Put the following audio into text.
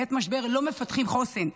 בעת משבר לא מפתחים חוסן,